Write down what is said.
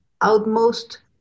outmost